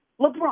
LeBron